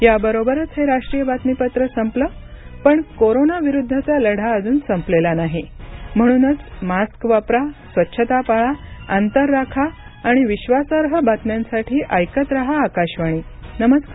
याबरोबरच हे राष्ट्रीय बातमीपत्र संपलं पण कोरोना विरुद्धचा लढा अजून संपलेला नाही म्हणूनच मास्क वापरा स्वच्छता पाळा अंतर राखा आणि विश्वासार्ह बातम्यांसाठी ऐकत रहा आकाशवाणी नमस्कार